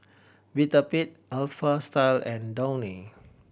Vitapet Alpha Style and Downy